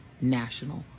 national